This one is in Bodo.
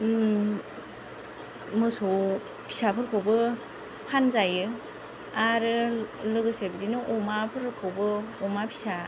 मोसौ फिसाफोरखौबो फानजायो आरो लोगोसे बिदिनो अमाफोरखौबो अमा फिसा